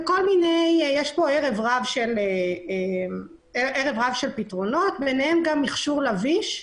יש פה ערב-רב של פתרונות, ביניהם גם מכשור לביש,